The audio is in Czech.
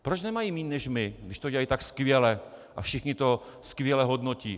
Proč nemají méně než my, když to dělají tak skvěle a všichni to skvěle hodnotí?